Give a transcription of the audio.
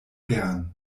gern